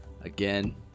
again